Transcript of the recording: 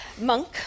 monk